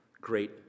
great